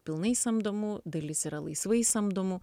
pilnai samdomų dalis yra laisvai samdomų